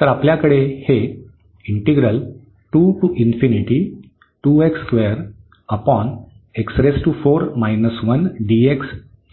तर आपल्याकडे हे